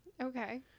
Okay